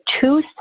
two